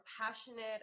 passionate